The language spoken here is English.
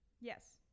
Yes